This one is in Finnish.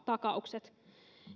takaukset